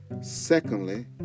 Secondly